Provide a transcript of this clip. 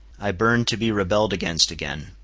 i burned to be rebelled against again.